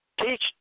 Teach